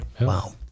wow